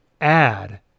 add